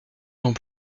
dans